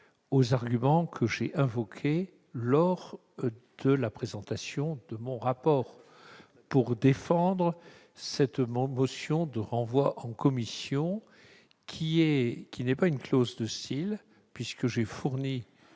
aux arguments que j'ai invoqués lors de la présentation de mon rapport pour défendre cette motion de renvoi en commission. Cette motion est non pas une clause de style- j'ai fourni